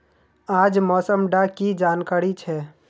आज मौसम डा की जानकारी छै?